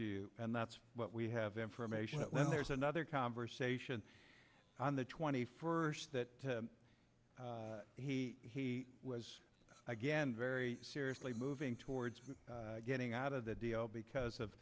you and that's what we have information that when there's another conversation on the twenty first that he was again very seriously moving towards getting out of the deal because of